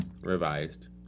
revised